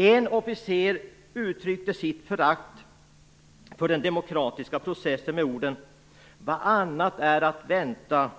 En officer uttryckte sitt förakt för den demokratiska processen med orden: Vad annat är att vänta